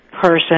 person